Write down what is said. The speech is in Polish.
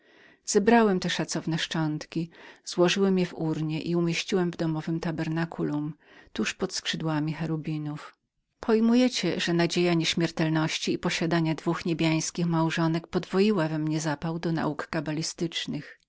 zebrałem te szacowne szczątki złożyłem je w urnie i umieściłem w skrzyni dziesięciorga przykazań tuż nad skrzydłami cherubinów pojmujecie że nadzieja nieśmiertelności i posiadania dwóch niebiańskich małżonek podwoiła we mnie zapał do nauk kabalistycznych